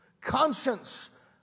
Conscience